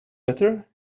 better